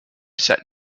sat